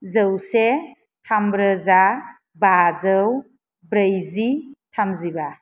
जौसे थाम रोजा बाजौ ब्रैजि थामजि बा